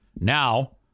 Now